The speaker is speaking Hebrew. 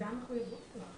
זו הייתה המחויבות שלה.